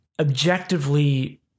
objectively